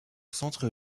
centre